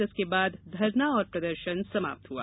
जिसके बाद धरना और प्रदर्शन समाप्त हुआ